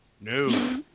No